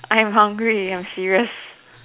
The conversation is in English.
I'm hungry I'm serious